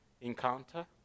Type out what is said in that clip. encounter